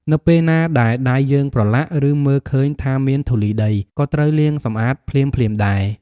នៅពេលណាដែលដៃយើងប្រឡាក់ ឬមើលឃើញថាមានធូលីដី ក៏ត្រូវលាងសម្អាតភ្លាមៗដែរ។